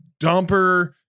dumper